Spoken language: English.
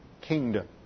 kingdom